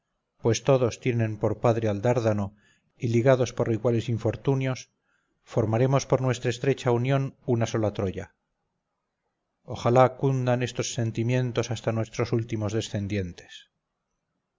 pues todos tienen por padre a dárdano y ligados por iguales infortunios formaremos por nuestra estrecha unión una sola troya ojalá cundan estos sentimientos hasta nuestros últimos descendientes